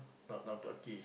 no not Clarke-Quay